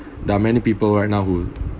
there are many people right now who